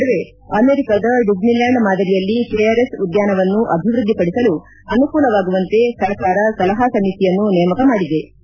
ಈ ನಡುವೆ ಅಮೆರಿಕಾದ ಡಿಸ್ನಿಲ್ಯಾಂಡ್ ಮಾದರಿಯಲ್ಲಿ ಕೆಆರ್ಎಸ್ ಉದ್ಯಾನವನ್ನು ಅಭಿವೃದ್ದಿ ಪಡಿಸಲು ಅನುಕೂಲವಾಗುವಂತೆ ಸರ್ಕಾರ ಸಲಹಾ ಸಮಿತಿಯನ್ನು ನೇಮಕ ಮಾಡಿದೆ